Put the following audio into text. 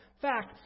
fact